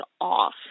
off